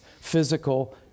physical